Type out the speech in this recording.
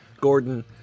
Gordon